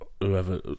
whoever